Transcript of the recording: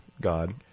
god